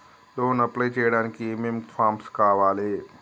Loan apply చేయడానికి ఏం ఏం ఫామ్స్ కావాలే?